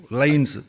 lines